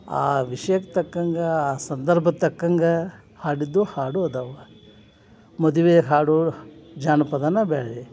ಆ ವಿಷಯಕ್ಕೆ ತಕ್ಕಂಗೆ ಆ ಸಂದರ್ಭದ ತಕ್ಕಂಗೆ ಹಾಡಿದ್ದು ಹಾಡು ಅದಾವ ಮದುವೆ ಹಾಡು ಜಾನಪದನೇ ಬೇರೆ